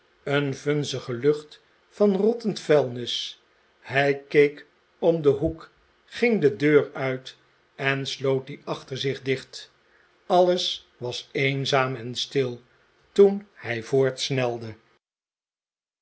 een vunzige lucht van rottend vuilnis hij keek om den hoek ging de deur uit en sloot die achter zich dicht alles was eenzaam en stil toen hij